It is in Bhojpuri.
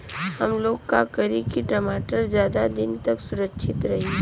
हमलोग का करी की टमाटर ज्यादा दिन तक सुरक्षित रही?